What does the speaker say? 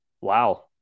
Wow